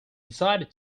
decided